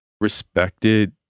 respected